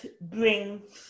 brings